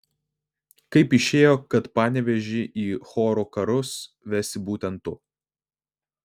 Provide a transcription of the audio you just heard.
kaip išėjo kad panevėžį į chorų karus vesi būtent tu